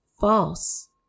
False